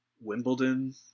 Wimbledon